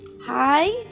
Hi